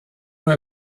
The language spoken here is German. nur